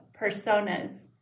personas